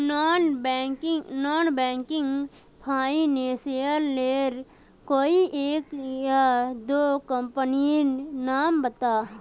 Non banking financial लेर कोई एक या दो कंपनी नीर नाम बता?